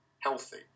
Healthy